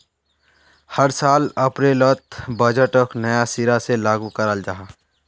हर साल अप्रैलोत बजटोक नया सिरा से लागू कराल जहा